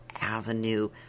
avenue